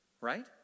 right